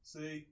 See